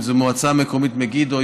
אם זה ממועצה מקומית מגידו,